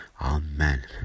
Amen